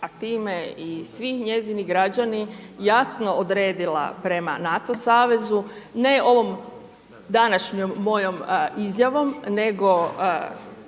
a time i svi njezini građani jasno odredila prema NATO savezu, ne ovom današnjom mojom izjavom nego